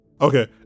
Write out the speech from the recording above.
okay